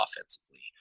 offensively